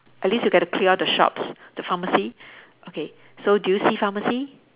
at least we get to clear the shops the pharmacy okay so do you see pharmacy